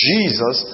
Jesus